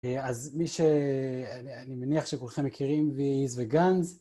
אז מי ש... אני מניח שכולכם מכירים וייז וגאנז.